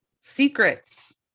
secrets